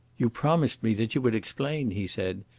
you promised me that you would explain, he said,